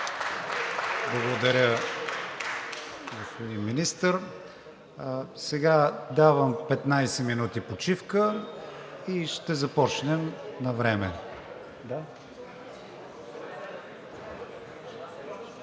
Благодаря, господин Министър. Сега давам 15 минути почивка, ще започнем навреме